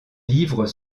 livres